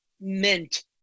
meant